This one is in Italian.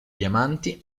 diamanti